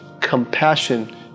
compassion